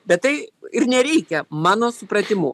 bet tai ir nereikia mano supratimu